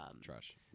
trash